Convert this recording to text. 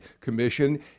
Commission